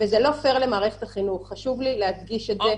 זה לא פייר למערכת החינוך, חשוב לי להדגיש את זה.